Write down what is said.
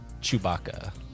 Chewbacca